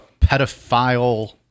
pedophile